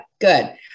good